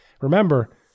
Remember